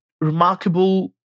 remarkable